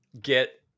get